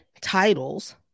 titles